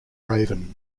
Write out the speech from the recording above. raven